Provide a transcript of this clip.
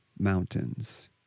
mountains